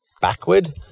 backward